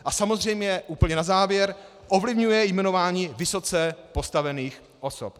A samozřejmě úplně na závěr ovlivňuje jmenování vysoce postavených osob.